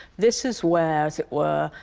this is where, as it were,